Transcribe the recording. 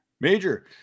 major